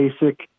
basic